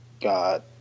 God